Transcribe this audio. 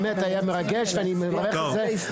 זה היה באמת מרגש ואני מברך על זה.